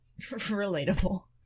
Relatable